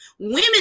Women